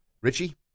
Richie